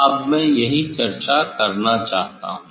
अब मैं यही चर्चा करना चाहता हूं